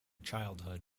childhood